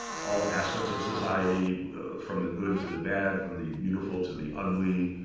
all aspects of society from the good to the bad, from the beautiful to the ugly.